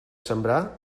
sembrar